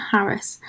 Harris